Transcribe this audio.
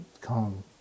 come